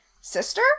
sister